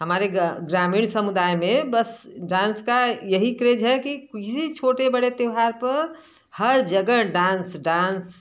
हमारे ग्रामीण समुदाय में बस डांस का यही क्रेज है कि किसी छोटे बड़े त्यौहार पर हर जगह डांस डांस